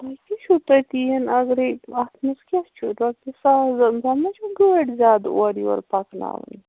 تۄہہِ کیٚاہ چھُو تٔتِی اگرے اتھ منٛز کیٚاہ چھُ رۄپیہِ ساس زن تۄہہِ ما چھو گٲڑ زیادٕ اوٗرٕ یوٗرٕ پکناوٕنۍ